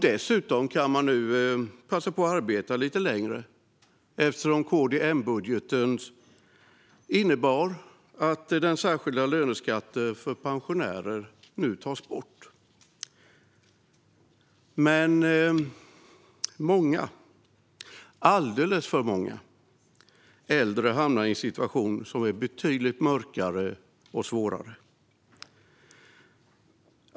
Dessutom kan man nu passa på att arbeta lite längre eftersom KD-M-budgeten innebär att den särskilda löneskatten för pensionärer tas bort. Men många, alldeles för många, äldre hamnar i en situation som är betydligt mörkare och svårare.